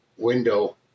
window